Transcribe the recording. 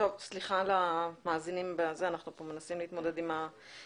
על ההזדמנות וגם על הדיון החשוב.